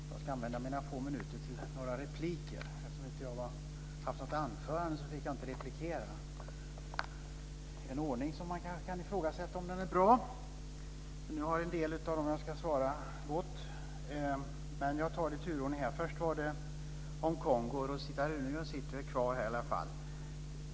Herr talman! Jag ska använda mina få minuter till några repliker. Eftersom jag inte hållit något anförande fick jag inte replikera - en ordning som man kanske kan ifrågasätta om den är bra. Nu har en del av dem jag ska svara lämnat kammaren, men jag tar det ändå i turordning. Först gällde det Kongo. Rosita Runegrund sitter kvar i alla fall.